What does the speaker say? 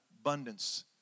abundance